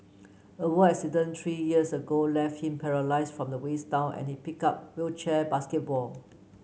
a work accident three years ago left him paralysed from the waist down and he picked up wheelchair basketball